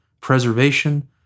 preservation